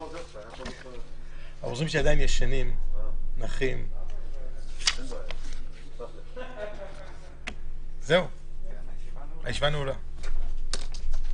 הישיבה ננעלה בשעה 09:42.